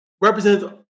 represents